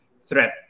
threat